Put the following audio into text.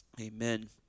Amen